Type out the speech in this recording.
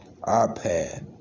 iPad